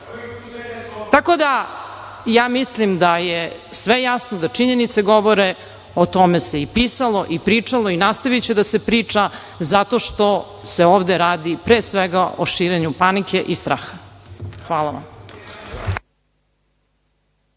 predavanje. Ja mislim da je sve jasno, da činjenice govore. O tome se i pisalo i pričalo i nastaviće da se priča, zato što se ovde radi pre svega o širenju panike i straha. Hvala vam.